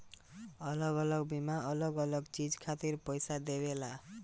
अलग अलग बीमा अलग अलग चीज खातिर पईसा देवेला